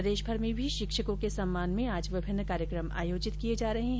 प्रदेशभर में भी शिक्षकों के सम्मान में आज विभिन्न कार्यक्रम आयोजित किये जा रहे है